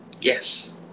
Yes